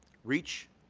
reach,